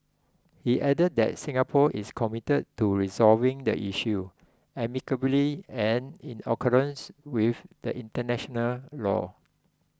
he added that Singapore is committed to resolving the issue amicably and in accordance with the international law